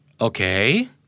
Okay